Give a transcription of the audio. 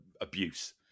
abuse